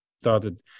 started